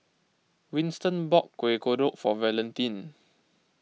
Winston bought Kueh Kodok for Valentin